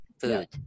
food